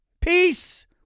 Peace